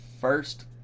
first